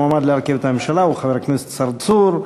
המועמד להקים את הממשלה הוא חבר הכנסת צרצור.